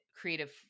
creative